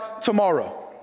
tomorrow